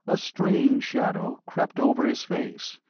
a strange shadow, crept over his face,